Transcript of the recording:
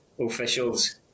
officials